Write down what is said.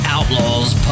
Outlaws